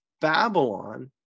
babylon